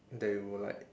that you will like